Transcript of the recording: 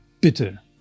bitte